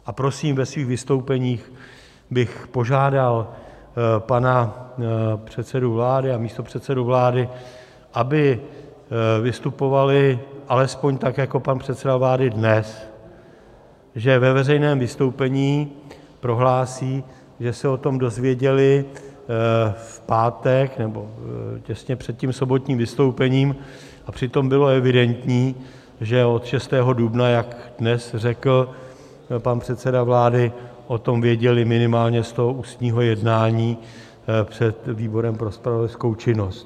A prosím, ve svých vystoupeních bych požádal pana předsedu vlády a místopředsedu vlády, aby vystupovali alespoň tak, jako pan předseda vlády dnes, že ve veřejném vystoupení prohlásí, že se o tom dozvěděli v pátek nebo těsně před sobotním vystoupením, a přitom bylo evidentní, že od 6. dubna, jak dnes řekl pan předseda vlády, o tom věděli minimálně z ústního jednání před výborem pro zpravodajskou činnost.